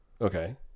Okay